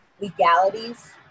legalities